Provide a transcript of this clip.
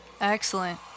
Excellent